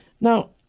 Now